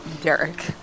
Derek